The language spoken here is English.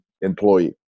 employee